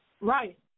Right